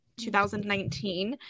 2019